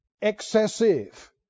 Excessive